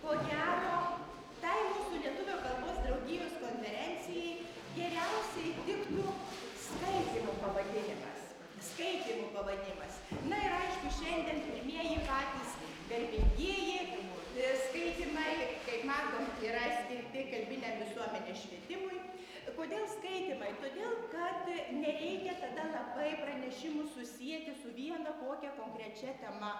ko gero tai mūsų lietuvių kalbos draugijos konferencijai geriausiai tiktų skaitymų pavadinimas skaitymų pavanimas na ir aišku šiandien pirmieji patys garbingieji skaitymai kaip matom yra skirti kalbiniam visuomenės švietimui kodėl skaitymai todėl kad nereikia tada labai pranešimų susieti su viena kokia konkrečia tema